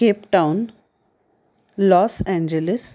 Cape Town Los Angeles